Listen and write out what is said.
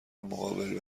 مقابل